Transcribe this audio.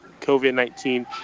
COVID-19